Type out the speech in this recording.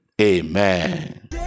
Amen